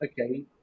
okay